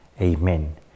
Amen